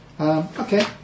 Okay